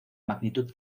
magnitud